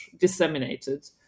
disseminated